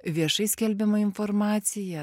viešai skelbiama informacija